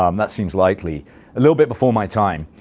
um that seems likely a little bit before my time,